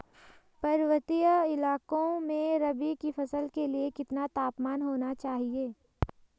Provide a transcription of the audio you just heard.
पर्वतीय इलाकों में रबी की फसल के लिए कितना तापमान होना चाहिए?